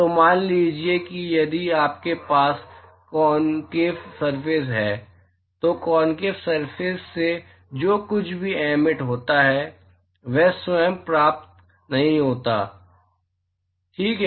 तो मान लीजिए कि यदि आपके पास कॉनकेव सरफेस है तो कॉनकेव सरफेस से जो कुछ भी एमिट होता है वह स्वयं प्राप्त नहीं होता है ठीक है